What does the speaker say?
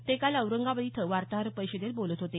ते काल औरंगाबाद इथं वार्ताहर परिषदेत बोलत होते